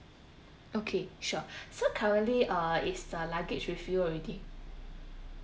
okay sure so currently uh is the luggage with you already